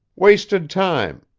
wasted time.